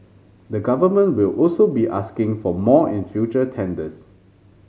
the Government will also be asking for more in future tenders